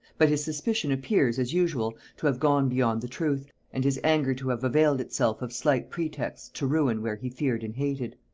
but his suspicion appears, as usual, to have gone beyond the truth, and his anger to have availed itself of slight pretexts to ruin where he feared and hated.